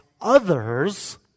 others